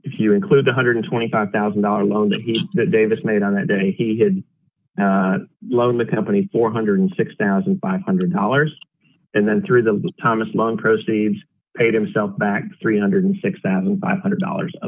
if you include the one hundred and twenty five thousand dollars loan that davis made on that day he had loaned the company four hundred and six thousand five hundred dollars and then through the thomas long proceeds paid him self back three hundred and six thousand five hundred dollars